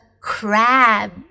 crab